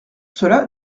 cela